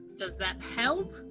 does that help?